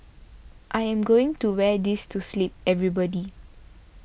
I am going to wear this to sleep everybody